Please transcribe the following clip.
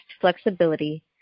flexibility